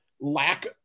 lack